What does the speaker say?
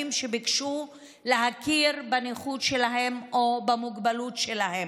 שביקשו להכיר בנכות שלהם או במוגבלות שלהם,